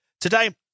Today